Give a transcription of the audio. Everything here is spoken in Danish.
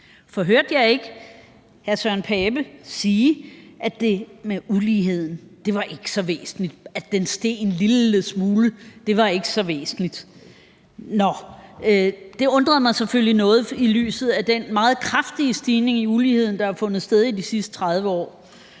For hørte jeg ikke hr. Søren Pape Poulsen sige, at det med uligheden ikke var så væsentligt – at den steg en lille smule ikke var så væsentligt? Nå, det undrede mig selvfølgelig noget i lyset af den meget kraftige stigning i uligheden, der har fundet sted i de sidste 30 år.